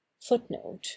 Footnote